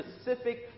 specific